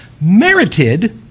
merited